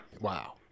Wow